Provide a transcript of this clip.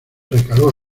recaló